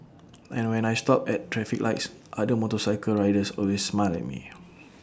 and when I stop at traffic lights other motorcycle riders always smile at me